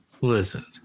listen